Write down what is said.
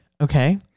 okay